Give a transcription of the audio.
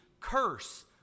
curse